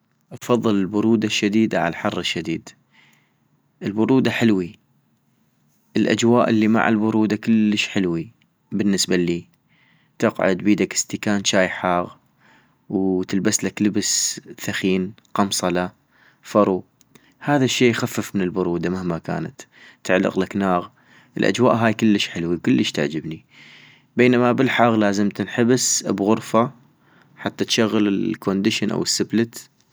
اتفضل البرودة الشديدة عالحر الشديد؟ -البرودة حلوي ، الاجواء الي مع البرودة كلش حلوي بالنسبة الي، تقعد بيدك استكان جاي حاغ وو تلبسلك لبس ثخين ، قمصة ،فرو، هذا الشي يخفف من البرودة مهما كانت، ، تعلقلك ناغ، الاجواء هاي كلش حلوي وكلش تعجبني، بينما بالحغ لازم تنحبس بغرفة، حتى تشغل الكوندشن او السبلت